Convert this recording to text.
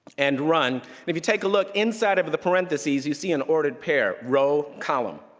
and run. if you take a look inside of of the parentheses, you see an ordered pair, row, column.